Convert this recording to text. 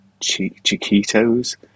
Chiquitos